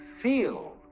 feel